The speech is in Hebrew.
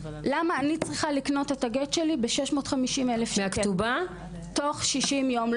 למה אני צריכה לקנות את הגט שלי ב-650,000 שקלים בתוך 60 יום?